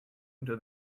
into